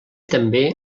també